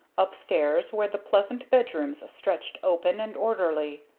upstairs where the pleasant bedrooms stretched open and orderly.